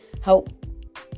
help